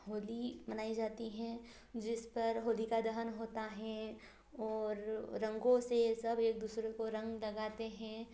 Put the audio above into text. होली मनाई जाती है जिस पर होलिका दहन होता है और रंगों से सब एक दूसरे को रंग लगाते हैं